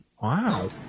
Wow